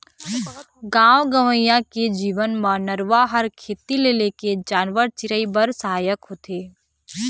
गाँव गंवई के जीवन म नरूवा ह खेती ले लेके जानवर, चिरई बर सहायक होथे